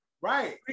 Right